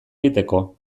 egiteko